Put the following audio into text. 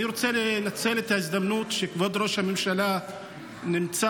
אני רוצה לנצל את ההזדמנות שכבוד ראש הממשלה נמצא.